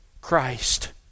Christ